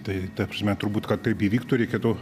tai ta prasme turbūt kad taip įvyktų reikėtų